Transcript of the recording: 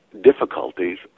Difficulties